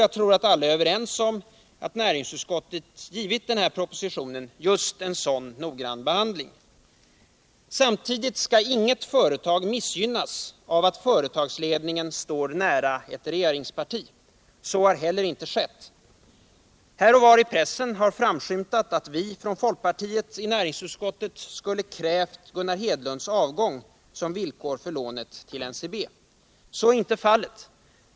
Jag tror att alla är överens om att näringsutskottet givit denna proposition just en sådan noggrann behandling. Samtidigt skall inget företag missgynnas av att företagsledningen står nära ett regeringsparti. Så har heller inte skett. Här och var i pressen har framskymtat att vi från folkpartiet i näringsutskottet skulle krävt Gunnar Hedlunds avgång som villkor för lånet till NCB. Så är inte fallet.